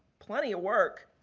plenty of work.